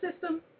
system